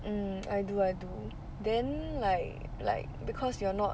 mm I do I do then like like because you are not